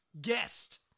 guest